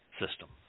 system